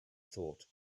thought